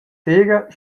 sera